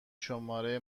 شماره